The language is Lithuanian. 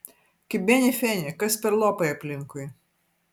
kibeni feni kas per lopai aplinkui